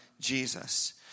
Jesus